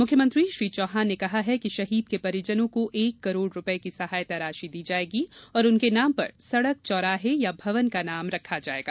मुख्यमंत्री श्री चौहान ने कहा है कि शहीद के परिजनो को एक करोड़ रुपये की सहायता राशि दी जायेगी और उनके नाम पर सड़क चौराहे या भवन का नामांकरण किया जायेगा